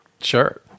Sure